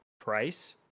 Price